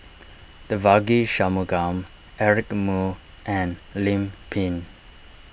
Devagi Sanmugam Eric Moo and Lim Pin